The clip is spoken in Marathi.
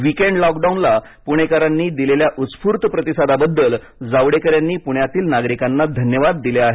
विकेड लॉकडाऊनला पुणेकरांनी दिलेल्या उत्स्फूर्त प्रतिसादाबद्दल जावडेकर यांनी द पुण्यातील नागरिकांना धन्यवाद दिले आहेत